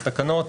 התקנות